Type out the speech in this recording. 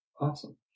awesome